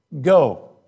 Go